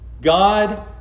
God